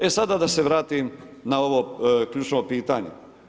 E sada da se vratim na ovo ključno pitanje.